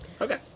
Okay